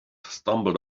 stumbled